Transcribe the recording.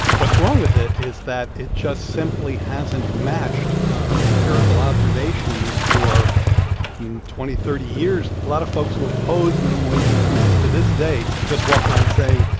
what's wrong with it is that it just simply hasn't matched empirical observations for twenty, thirty years. a lot of folks who oppose minimum wage increases to this day just walk around saying,